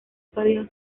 sólido